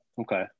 okay